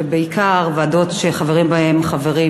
ובעיקר ועדות שחברים בהן חברים